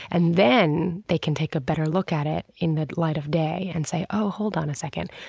and then they can take a better look at it in the light of day and say, oh, hold on a second.